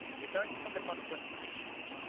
returning from the conquest of the east,